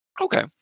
okay